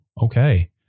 okay